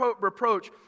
reproach